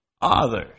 others